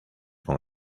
con